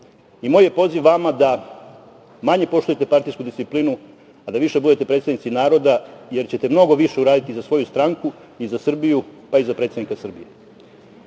i moj je poziv vama da manje poštujete partijsku disciplinu, a da više budete predstavnici naroda, jer ćete mnogo više uraditi za svoju stranku i za Srbiju, pa i za predsednika Srbije. Želim